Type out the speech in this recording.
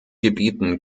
gebieten